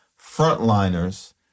frontliners